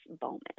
Bowman